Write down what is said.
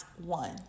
one